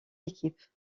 équipes